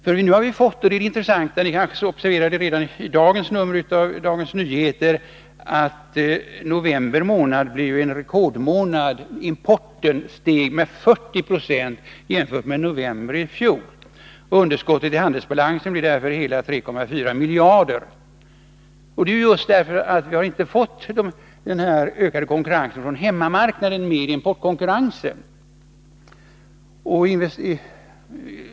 Kammarens ledamöter kanske redan har observerat i dagens nummer av Dagens Nyheter att november månad blev en rekordmånad — importen steg med 40 90 jämfört med november i fjol. Underskottet i handelsbalansen är hela 3,4 miljarder. Det beror just på att vi inte har fått denna ökade konkurrens med importen från hemmamarknaden.